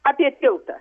apie tiltą